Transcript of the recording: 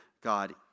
God